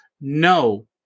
no